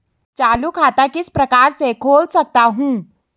चालू खाता किस प्रकार से खोल सकता हूँ?